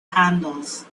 handles